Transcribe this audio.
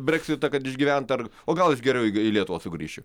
breksitą kad išgyventi ar o gal aš geriau į lietuvą sugrįšiu